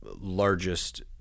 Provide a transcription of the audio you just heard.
largest